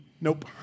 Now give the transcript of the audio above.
Nope